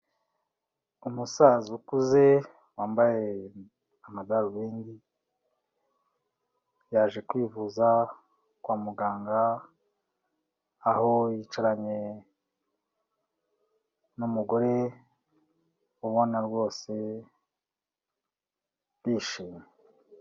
Umusaza ukuze wambaye amadarubindi, yaje kwivuza kwa muganga aho yicaranye n'umugore ubona rwose bishimye.